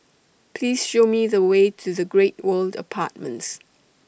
Please Show Me The Way to The Great World Apartments